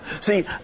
See